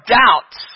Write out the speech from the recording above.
doubts